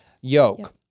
yoke